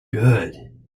good